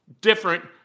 different